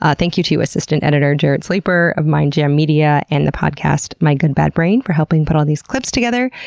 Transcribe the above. ah thank you to assistant editor, jarrett sleeper of mindjam media and the podcast my good bad brain' for helping put all these clips together.